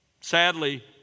Sadly